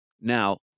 Now